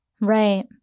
Right